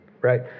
right